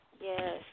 yes